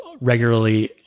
regularly